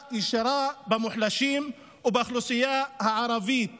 ישירה במוחלשים ובאוכלוסייה הערבית בכלל,